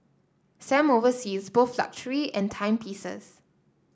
Sam oversees both luxury and timepieces